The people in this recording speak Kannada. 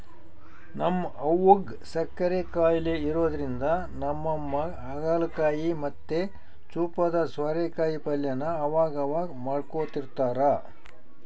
ನಮ್ ಅವ್ವುಗ್ ಸಕ್ಕರೆ ಖಾಯಿಲೆ ಇರೋದ್ರಿಂದ ನಮ್ಮಮ್ಮ ಹಾಗಲಕಾಯಿ ಮತ್ತೆ ಚೂಪಾದ ಸ್ವಾರೆಕಾಯಿ ಪಲ್ಯನ ಅವಗವಾಗ ಮಾಡ್ಕೊಡ್ತಿರ್ತಾರ